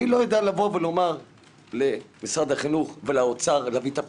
אני לא יודע לומר למשרד החינוך ולאוצר להביא את הפתרונות.